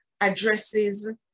addresses